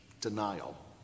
denial